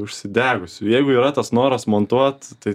užsidegusiu jeigu yra tas noras montuot tai